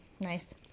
Nice